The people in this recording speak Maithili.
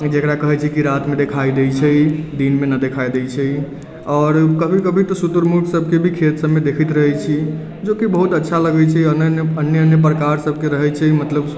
जेकरा कहै छै कि रातिमे देखाइ दै छै दिनमे देखाइ नहि दै छै आओर कभी कभी तऽ शुतुरमुर्ग सबके भी खेत सबमे देखैत रहै छी जोकि बहुत अच्छा लगै छै अन्य अन्य प्रकार सबके रहै छै मतलब